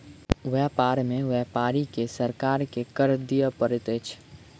व्यापार में व्यापारी के सरकार के कर दिअ पड़ैत अछि